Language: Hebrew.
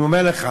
אני אומר לך.